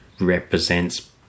represents